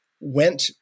went –